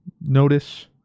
notice